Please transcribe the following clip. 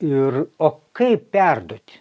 ir o kaip perduoti